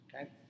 Okay